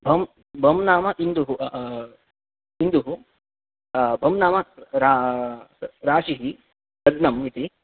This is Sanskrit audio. भं भं नाम इन्दुः इन्दुः भं नाम रा राशिः लग्नम् इति